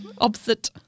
opposite